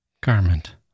Garment